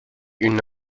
une